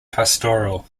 pastoral